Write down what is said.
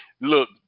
Look